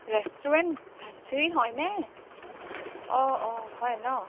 restaurant Dhansiri হয়নে অঁ অঁ হয় ন